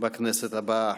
בכנסת הבאה.